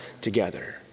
together